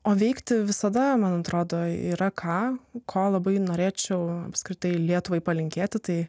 o veikti visada man atrodo yra ką ko labai norėčiau apskritai lietuvai palinkėti tai